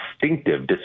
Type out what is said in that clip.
distinctive